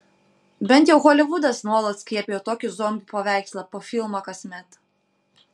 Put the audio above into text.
bent jau holivudas nuolat skiepijo tokį zombių paveikslą po filmą kasmet